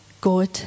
God